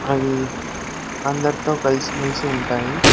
అవి అందరితో కలిసిమెలిసి ఉంటాయి